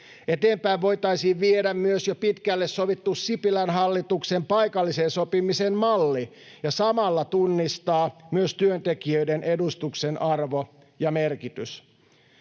Eteenpäin voitaisiin viedä myös jo pitkälle sovittu Sipilän hallituksen paikallisen sopimisen malli ja samalla tunnistaa myös työntekijöiden edustuksen arvo ja merkitys.